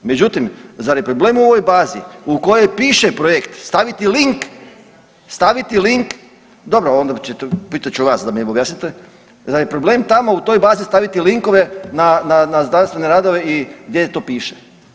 Međutim, zar je problem u ovoj bazi u kojoj piše projekt staviti link, dobro onda pitat ću vas da mi objasnite, zar je problem tamo u toj bazi staviti linkove na znanstvene radove i gdje to piše.